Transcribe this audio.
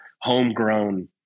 homegrown